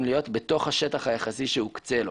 להיות בתוך השטח היחסי שיוקצה לו.